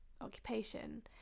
occupation